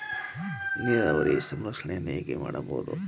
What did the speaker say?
ನೀರಾವರಿಯ ಸಂರಕ್ಷಣೆಯನ್ನು ಹೇಗೆ ಮಾಡಬಹುದು?